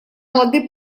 лады